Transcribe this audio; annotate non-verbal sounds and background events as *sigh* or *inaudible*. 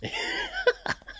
*laughs*